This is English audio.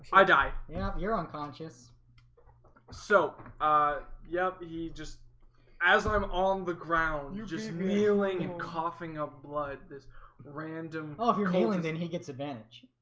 i died yeah, you're unconscious so ah yep, just as i'm on the ground. you're just kneeling and coughing of blood this random off you're kneeling then he gets advantage